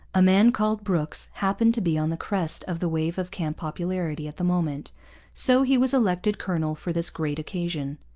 a man called brooks happened to be on the crest of the wave of camp popularity at the moment so he was elected colonel for this great occasion.